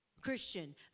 Christian